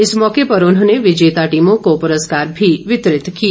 इस मौके पर उन्होंने विजेता टीमों को पुरस्कार मी वितरित किए